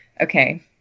okay